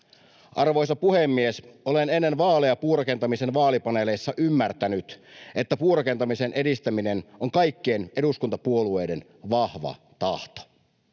Arvoisa puhemies! Olen ennen vaaleja puurakentamisen vaalipaneeleissa ymmärtänyt, että puurakentamisen edistäminen on kaikkien eduskuntapuolueiden vahva tahto,